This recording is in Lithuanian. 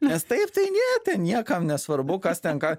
nes taip tai nė niekam nesvarbu kas ten ką